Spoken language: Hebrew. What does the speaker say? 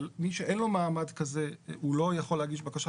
אבל מי שאין לו מעמד כזה לא יכול להגיש בקשה